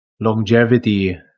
longevity